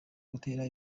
gutera